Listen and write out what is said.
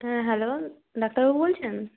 হ্যাঁ হ্যালো ডাক্তারবাবু বলছেন